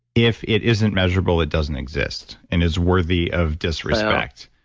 if it isn't measurable, it doesn't exist and is worthy of disrespect.